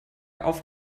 auf